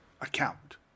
account